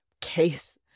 case